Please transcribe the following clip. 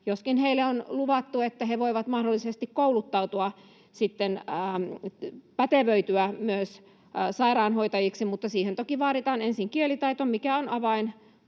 joskin heille on luvattu, että he voivat mahdollisesti kouluttautua, pätevöityä myös sairaanhoitajiksi. Mutta siihen toki vaaditaan ensin kielitaito, mikä on avain